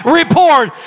report